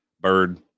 bird